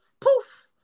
poof